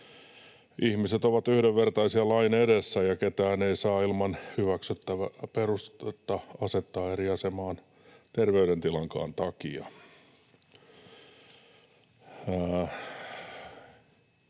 ihmiset ovat yhdenvertaisia lain edessä ja ketään ei saa ilman hyväksyttävää perustetta asettaa eri asemaan, terveydentilankaan takia.